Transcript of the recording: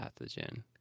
pathogen